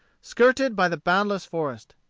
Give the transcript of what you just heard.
skirted by the boundless forest.